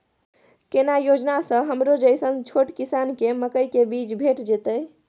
केना योजना स हमरो जैसन छोट किसान के मकई के बीज भेट जेतै?